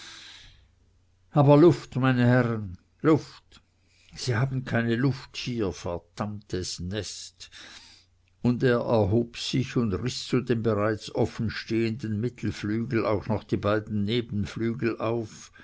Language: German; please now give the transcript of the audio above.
aber luft meine herren luft sie haben keine luft hier verdammtes nest und er erhob sich und riß zu dem bereits offenstehenden mittelflügel auch noch die beiden nebenflügel auf